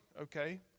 okay